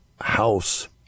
house